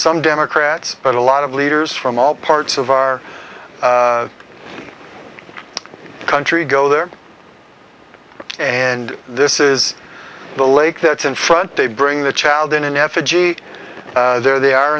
some democrats but a lot of leaders from all parts of our country go there and this is the lake that's in front they bring the child in an effigy there they are